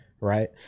right